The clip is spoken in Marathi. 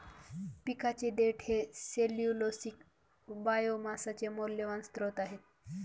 पिकाचे देठ हे सेल्यूलोसिक बायोमासचे मौल्यवान स्त्रोत आहे